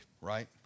right